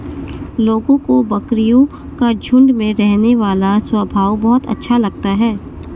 लोगों को बकरियों का झुंड में रहने वाला स्वभाव बहुत अच्छा लगता है